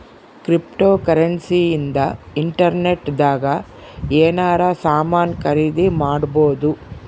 cryptocurrency ಇಂದ internet ದಾಗ ಎನಾರ ಸಾಮನ್ ಖರೀದಿ ಮಾಡ್ಬೊದು